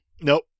Nope